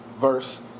verse